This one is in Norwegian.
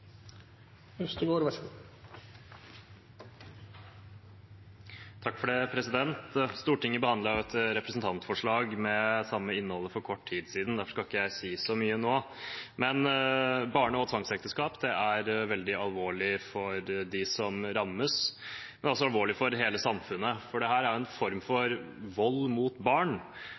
Stortinget behandlet et representantforslag med samme innhold for kort tid siden. Derfor skal jeg ikke si så mye nå. Barne- og tvangsekteskap er veldig alvorlig for dem som rammes, det er også alvorlig for hele samfunnet. Dette er en form for vold mot barn,